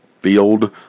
field